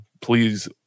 please